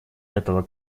этого